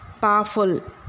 powerful